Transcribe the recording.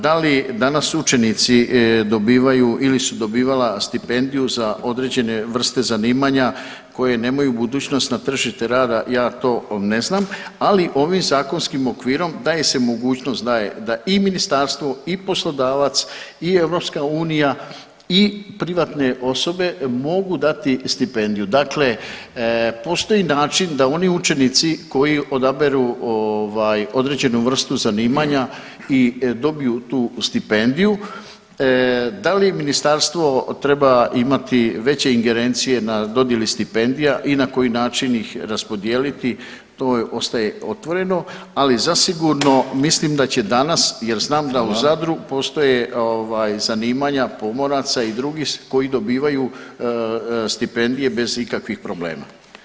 Da li danas učenici dobivaju ili su dobivala stipendiju za određene vrste zanimanja koje nemaju budućnost na tržište rada, ja to ne znam, ali ovim zakonskim okvirom daje se mogućnost da i ministarstvo i poslodavac i EU i privatne osobe mogu dati stipendiju, dakle postoji način da oni učenici koji odaberu ovaj određenu vrstu zanimanja i dobiju tu stipendiju da li ministarstvo treba imati veće ingerencije na dodjeli stipendija i na koji način ih raspodijeliti to ostaje otvoreno, ali zasigurno mislim da će danas jel znam da u Zadru postoje ovaj zanimanja pomoraca i drugih koji dobivaju stipendije bez ikakvih problema.